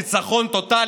ניצחון טוטלי,